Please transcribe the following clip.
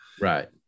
Right